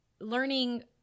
learning